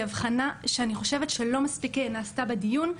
הבחנה שאני חושבת שלא מספיק נעשתה בדיון,